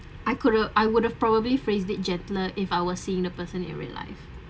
I could've I would've probably phrased it gentler if I were seeing the person in real life